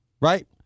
Right